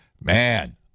Man